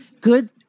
Good